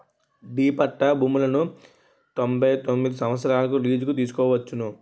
D పట్టా భూములను తొంభై తొమ్మిది సంవత్సరాలకు లీజుకు తీసుకోవచ్చును